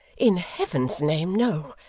in heaven's name, no.